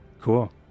Cool